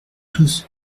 tous